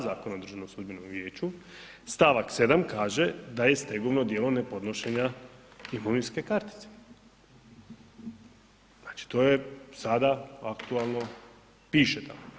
Zakona o Državnom sudbenom vijeću stavak 7. kaže da je stegovno djelo nepodnošenja imovinske kartice, znači to je sada aktualno piše tamo.